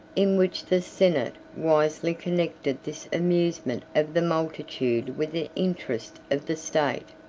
in which the senate wisely connected this amusement of the multitude with the interest of the state.